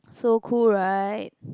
so cool right